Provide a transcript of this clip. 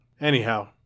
Anyhow